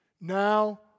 Now